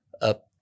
up